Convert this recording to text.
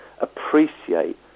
appreciate